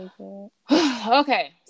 Okay